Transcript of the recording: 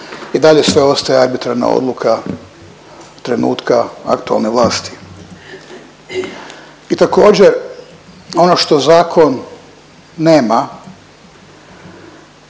I dalje sve ostaje arbitrarna odluka trenutka aktualne vlasti. I također, ono što zakon nema,